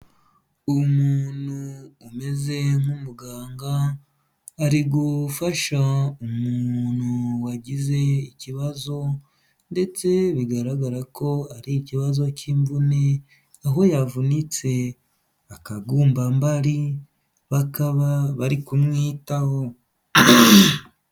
Umuntu umeze nk'umuganga, ari gufasha umuntu wagize ikibazo ndetse bigaragara ko ari ikibazo cy'imvune, aho yavunitse akagumbambari, bakaba bari kumwitaho.